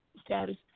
status